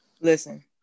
Listen